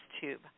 tube